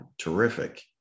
terrific